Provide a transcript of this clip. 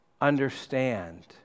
understand